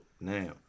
now